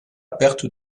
perte